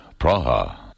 Praha